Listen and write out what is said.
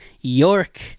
York